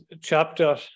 chapter